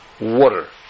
water